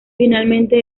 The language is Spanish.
finalmente